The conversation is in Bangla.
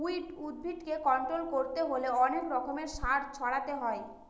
উইড উদ্ভিদকে কন্ট্রোল করতে হলে অনেক রকমের সার ছড়াতে হয়